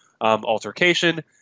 altercation